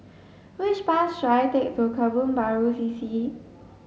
which bus should I take to Kebun Baru C C